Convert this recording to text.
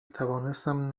توانستم